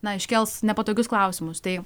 na iškels nepatogius klausimus tai